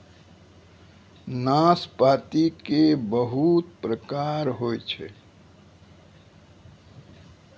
नाशपाती के बहुत प्रकार होय छै